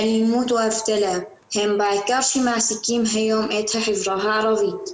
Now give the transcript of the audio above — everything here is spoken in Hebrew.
האלימות והאבטלה הם בעיקר שמעסיקים היום את החברה הערבית.